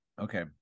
okay